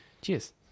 Cheers